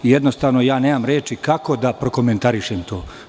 Jednostavno, nemam reči kako da prokomentarišem to.